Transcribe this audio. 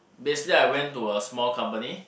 basically I went to a small company